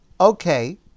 okay